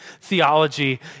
theology